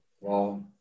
Wow